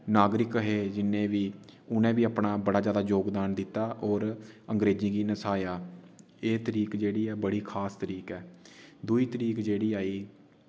नागरिक हे जिन्ने बी उ'ने बी अपना जैदा जोगदान दित्ता और अंग्रेजी गी नसाया एह् तरीक जेह्ड़ी ऐ बड़ी खास तरीक ऐ दुई तरीक जेह्ड़ी आई